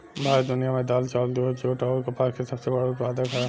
भारत दुनिया में दाल चावल दूध जूट आउर कपास के सबसे बड़ उत्पादक ह